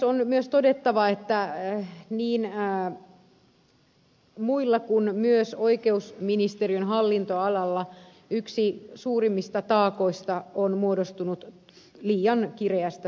on myös todettava että niin muilla kuin myös oikeusministeriön hallintoalalla yksi suurimmista taakoista on muodostunut liian kireästä tuottavuusohjelmasta